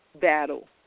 battle